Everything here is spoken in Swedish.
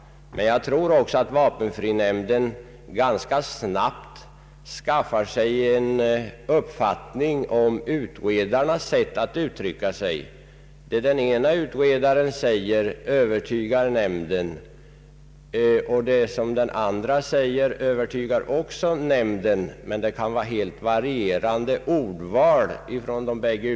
Men jag tror även att vapenfrinämnden ganska snabbt skaffar sig en uppfattning om utredarnas sätt att uttrycka sig. Det som den ena utredaren säger övertygar nämnden, och det som den andra utredaren säger övertygar också nämnden, men de båda utredarna kan ha begagnat helt varierande ordval.